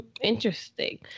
interesting